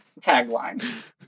tagline